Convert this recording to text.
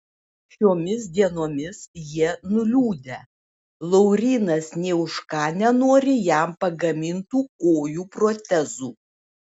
šiomis dienomis jie nuliūdę laurynas nė už ką nenori jam pagamintų kojų protezų